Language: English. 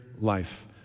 life